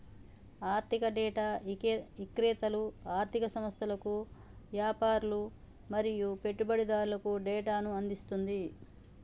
ఆర్ధిక డేటా ఇక్రేతలు ఆర్ధిక సంస్థలకు, యాపారులు మరియు పెట్టుబడిదారులకు డేటాను అందిస్తుంది